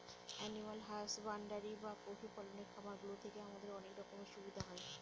animal husbandry বা পশু পালনের খামার গুলো থেকে আমাদের অনেক রকমের সুবিধা হয়